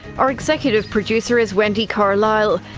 our executive producer is wendy carlisle,